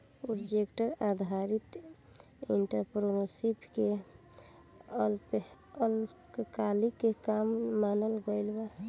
project आधारित entrepreneurship के अल्पकालिक काम मानल गइल बा